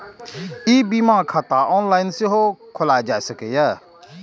ई बीमा खाता ऑनलाइन सेहो खोलाएल जा सकैए